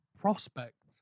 prospect